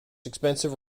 expensive